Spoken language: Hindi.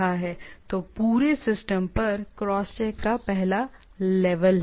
तो पूरे सिस्टम पर क्रॉस चेक का पहला लेवल है